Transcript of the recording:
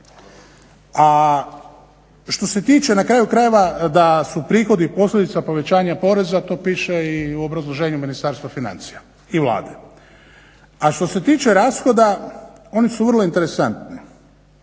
A što se tiče na kraju krajeva da su prihodi posljedica povećanja poreza to piše i u obrazloženju Ministarstva financija i Vlade. A što se tiče rashoda oni su vrlo interesantni,